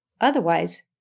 Otherwise